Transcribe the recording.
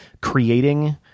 creating